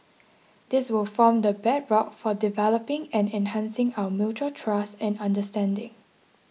this will form the bedrock for developing and enhancing our mutual trust and understanding